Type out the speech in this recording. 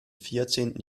vierzehnten